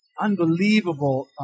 unbelievable